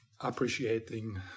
Appreciating